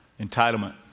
entitlement